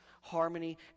harmony